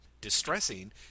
distressing